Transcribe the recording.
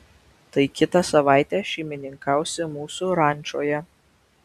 tai kitą savaitę šeimininkausi mūsų rančoje